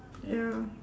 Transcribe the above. ya